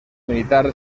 militar